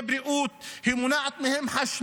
היא מונעת מהם שירותי בריאות,